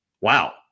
Wow